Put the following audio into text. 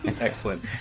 Excellent